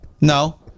No